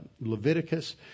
Leviticus